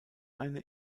eine